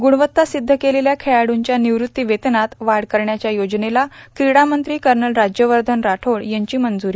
ग्रुणवत्ता सिद्ध केलेल्या खेळाडूंच्या निवृत्ती वेतनात वाढ करण्याच्या योजनेला कीडामंत्री कर्नल राज्यवर्धन राठोड यांची मंजूरी